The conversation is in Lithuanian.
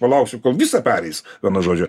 palauksiu kol visą pereis vienu žodžiu